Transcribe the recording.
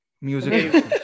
Music